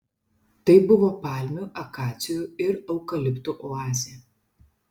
tai buvo palmių akacijų ir eukaliptų oazė